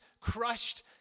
crushed